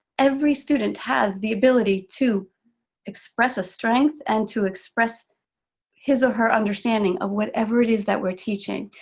every student has the ability to express a strength and to express his or her understanding of whatever it is that we're teaching.